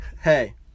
hey